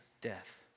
death